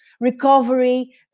recovery